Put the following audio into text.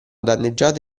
danneggiato